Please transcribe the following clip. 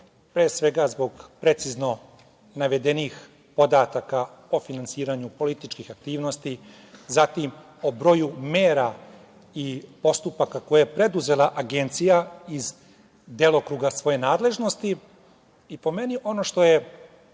pre svega zbog precizno navedenih podataka o finansiranju političkih aktivnosti, zatim o broju mera i postupaka koje je preduzela Agencija iz delokruga svoje nadležnosti i po meni ono što je